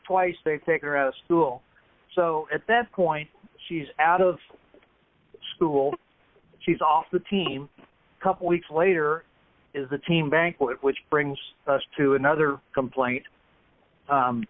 let's they take her out of school so at this point she's out of school she's off the team couple weeks later is the team banquet which brings us to another complaint